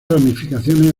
ramificaciones